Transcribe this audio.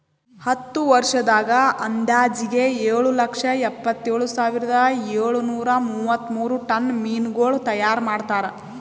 ಹತ್ತು ವರ್ಷದಾಗ್ ಅಂದಾಜಿಗೆ ಏಳು ಲಕ್ಷ ಎಪ್ಪತ್ತೇಳು ಸಾವಿರದ ಏಳು ನೂರಾ ಮೂವತ್ಮೂರು ಟನ್ ಮೀನಗೊಳ್ ತೈಯಾರ್ ಮಾಡ್ತಾರ